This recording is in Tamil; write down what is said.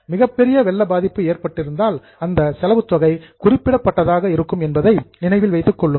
மிகப்பெரிய வெள்ள பாதிப்பு ஏற்பட்டிருந்தால் அந்த செலவுத்தொகை குறிப்பிடத்தக்கதாக இருக்கும் என்பதை நினைவில் கொள்ளுங்கள்